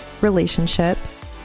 relationships